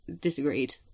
disagreed